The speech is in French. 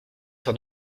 sur